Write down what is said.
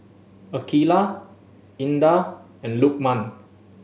Aqilah Indah and Lukman